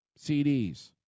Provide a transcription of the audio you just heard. CDs